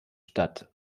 statt